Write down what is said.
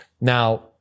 Now